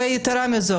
ויתרה מזאת.